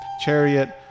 chariot